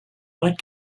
might